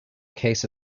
case